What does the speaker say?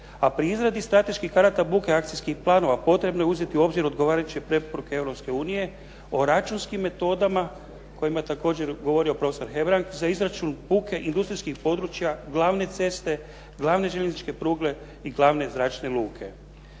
A pri izradi strateških karata buke i akcijskih planova potrebno je uzeti u obzir odgovarajuće preporuke Europske unije o računskim metodama o kojima je također govorio prof. Hebrang za izračun buke industrijskih područja glavne ceste, glavne željezničke pruge i glavne zračne luke.